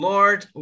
Lord